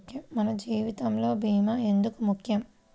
మన జీవితములో భీమా ఎందుకు ముఖ్యం?